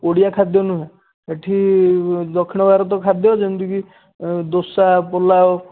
ଓଡ଼ିଆ ଖାଦ୍ୟ ନୁହେଁ ଏଇଠି ଦକ୍ଷିଣ ଭାରତ ଖାଦ୍ୟ ଯେମିତିକି ଦୋସା ପୁଲାଉ